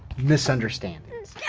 misunderstandings. yeah